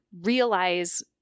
realize